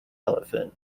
elephant